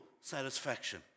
satisfaction